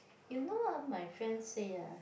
you know ah my friend say eh